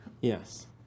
Yes